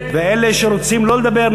אלה שרוצים לא לדבר,